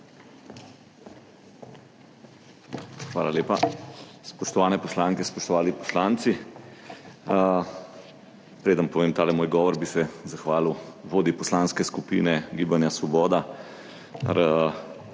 Hvala lepa. Spoštovane poslanke, spoštovani poslanci! Preden povem tale moj govor, bi se zahvalil vodji Poslanske skupine Gibanja Svoboda,